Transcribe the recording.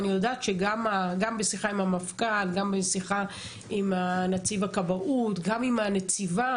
שוחחתי עם המפכ"ל, עם נציב הכבאות ועם הנציבה